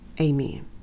amen